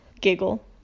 giggle